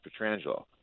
Petrangelo